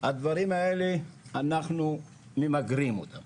הדברים האלה, אנחנו ממגרים אותם